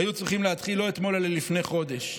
היו צריכים להתחיל לא אתמול אלא לפני חודש.